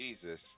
Jesus